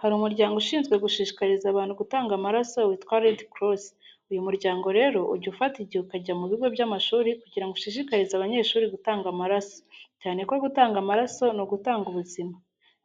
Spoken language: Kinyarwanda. Hari umuryango ushinzwe gushishikariza abantu gutanga amaraso witwa Red Cross. Uyu muryango rero ujya ufata igihe ukajya mu bigo by'amashuri kugira ngo ushishikarize abanyeshuri gutanga amaraso, cyane ko gutanga amaraso ari ugutanga ubuzima.